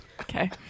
okay